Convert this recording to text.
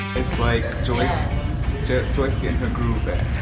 it's like joyce joyce getting her groove back.